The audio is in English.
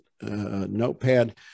notepad